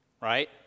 right